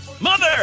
Mother